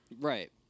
Right